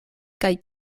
kaj